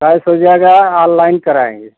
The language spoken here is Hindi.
कैश हो जाएगा ऑनलाइन कराएँगे